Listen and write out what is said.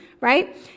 right